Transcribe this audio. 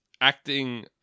acting